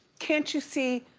can't you see,